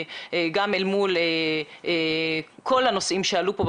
גם אל מול כל הנושאים שעלו כאן בוועדה,